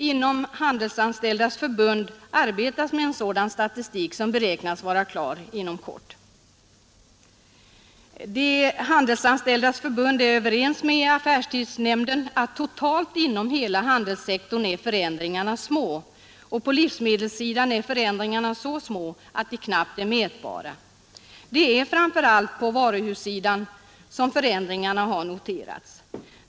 Inom Handelsanställdas förbund arbetas med en statistik, som beräknas vara klar inom kort. Handelsanställdas förbund är överens med affärstidsnämnden om att förändringarna totalt inom hela handelssektorn är små. På livsmedelssidan är förändringarna så små att de knappt är mätbara. Det är framför allt på varuhussidan som förändringarna noteras.